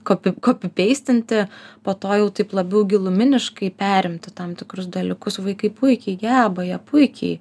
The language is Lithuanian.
kopi kopipeistinti po to jau taip labiau giluminiškai perimti tam tikrus dalykus vaikai puikiai geba jie puikiai